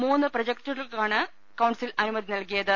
മൂന്ന് പ്രൊജക്ടു കൾക്കാണ് കൌൺസിൽ അനുമതി നൽകിയത്